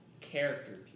character